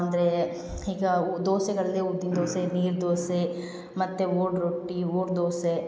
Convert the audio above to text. ಅಂದ್ರೆ ಈಗ ದೋಸೆಗಳಲ್ಲಿ ಉದ್ದಿನ ದೋಸೆ ನೀರು ದೋಸೆ ಮತ್ತು ಓಡೋ ರೊಟ್ಟಿ ಓಡೋ ದೋಸೆ